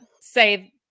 say